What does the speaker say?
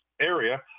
area